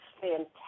fantastic